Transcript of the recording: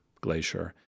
Glacier